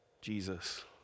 Jesus